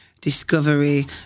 discovery